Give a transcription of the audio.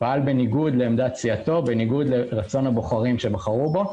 פעל בניגוד לעמדת סיעתו ובניגוד לרצון הבוחרים שבחרו בו.